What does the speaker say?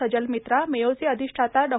सजल मित्रा मेयोचे अधिष्ठाता डॉ